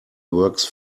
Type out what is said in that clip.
works